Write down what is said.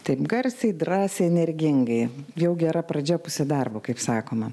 taip garsiai drąsiai energingai jau gera pradžia pusė darbo kaip sakoma